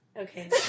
Okay